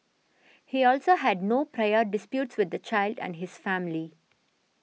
he also had no prior disputes with the child and his family